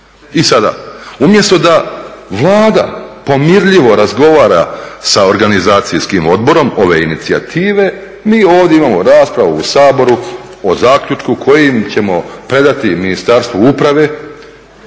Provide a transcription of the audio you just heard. I sada, umjesto da Vlada pomirljivo razgovara sa organizacijskim odborom ove inicijative, mi ovdje imamo raspravu u Saboru o zaključku kojim ćemo predati Ministarstvu uprave